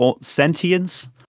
sentience